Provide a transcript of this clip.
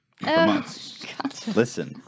listen